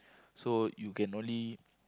so you can only